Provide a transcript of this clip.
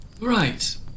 Right